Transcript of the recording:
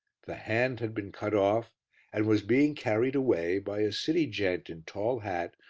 the hand had been cut off and was being carried away by a city gent in tall hat,